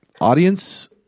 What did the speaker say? Audience